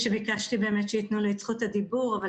ביקשתי שיתנו לי את זכות הדיבור אבל